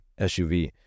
SUV